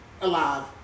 Alive